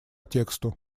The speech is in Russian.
тексту